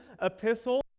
epistle